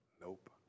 Nope